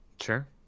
Sure